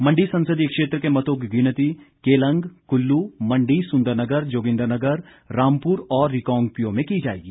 मंडी संसदीय क्षेत्र के मतों की गिनती केलंग कुल्लू मंडी सुंदरनगर जोगिंद्रनगर रामपुर और रिकांगपिओ में की जाएगी